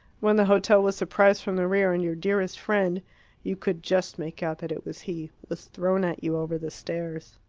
when the hotel was surprised from the rear, and your dearest friend you could just make out that it was he was thrown at you over the stairs.